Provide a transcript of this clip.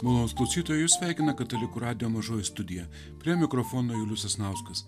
malonūs skaitytojai jus sveikina katalikų radijo mažoji studija prie mikrofono julius sasnauskas